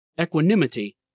equanimity